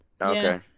Okay